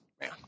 man